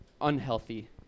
unhealthy